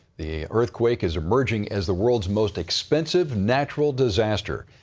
the earthquake is emerging as the worlds most expensive natural disaster.